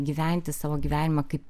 gyventi savo gyvenimą kaip